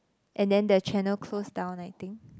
and then the channel close down I think